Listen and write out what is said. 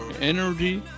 energy